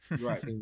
Right